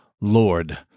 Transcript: Lord